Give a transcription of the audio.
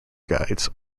guides